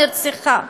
נרצחה.